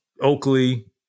Oakley